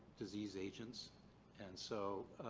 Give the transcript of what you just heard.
disease agents and so,